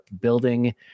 building